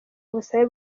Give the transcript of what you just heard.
ubusabe